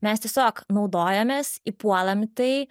mes tiesiog naudojamės įpuolam į tai